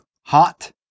Hot